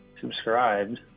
subscribed